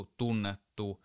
tunnettu